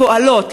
הפועלות,